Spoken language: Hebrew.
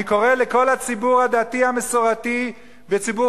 אני קורא לכל הציבור הדתי המסורתי וציבור